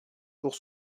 pour